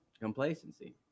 complacency